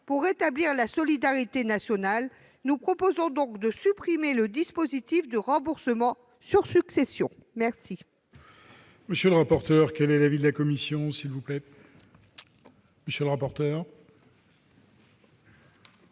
Pour rétablir la solidarité nationale, nous proposons de supprimer le dispositif de remboursement sur succession. Quel